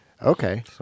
Okay